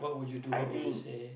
I think